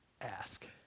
ask